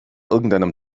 irgendeinem